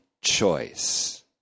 choice